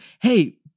hey